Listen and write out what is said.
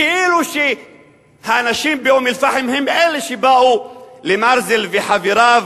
כאילו האנשים באום-אל-פחם הם אלה שבאו למרזל וחבריו